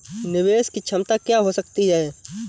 निवेश की क्षमता क्या हो सकती है?